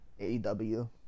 AEW